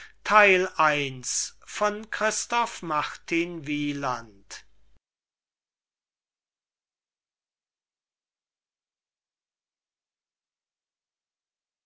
von christoph martin wieland